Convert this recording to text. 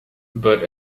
but